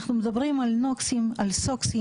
אנחנו מדברים על NOx, על SOx,